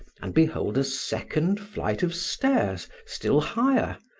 and behold a second flight of stairs still higher,